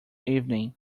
evening